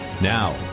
Now